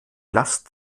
lasst